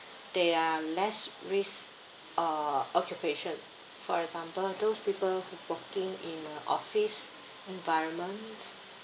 they are less risk err occupation for example those people who working in a office environment